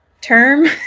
term